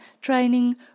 training